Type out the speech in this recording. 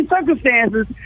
circumstances